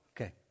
Okay